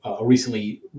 recently